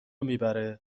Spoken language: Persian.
میبره